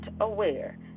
aware